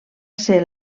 ser